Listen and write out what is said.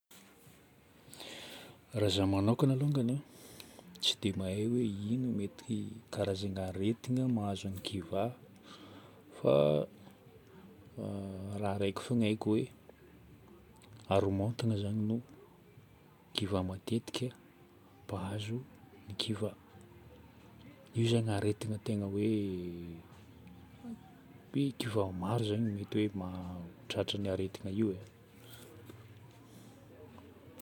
Raha zaho manokagna alongany tsy dia mahay hoe ino mety karazagna aretina mahazo ny kiva fa raha raiky fôgna haiko hoe haromontagna zagny no kiva matetika mpahazo ny kiva. Io zagny aretigna tegna hoe maro zagny mety hoe tratran'io aretigna io e.